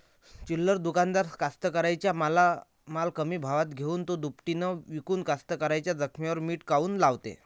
चिल्लर दुकानदार कास्तकाराइच्या माल कमी भावात घेऊन थो दुपटीनं इकून कास्तकाराइच्या जखमेवर मीठ काऊन लावते?